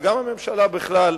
וגם הממשלה בכלל,